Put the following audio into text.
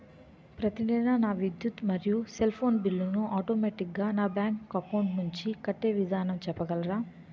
ప్రతి నెల నా విద్యుత్ మరియు సెల్ ఫోన్ బిల్లు ను ఆటోమేటిక్ గా నా బ్యాంక్ అకౌంట్ నుంచి కట్టే విధానం చెప్పగలరా?